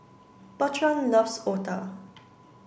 Bertrand loves Otah